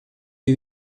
wie